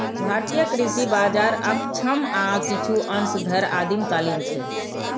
भारतीय कृषि बाजार अक्षम आ किछु अंश धरि आदिम कालीन छै